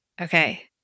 Okay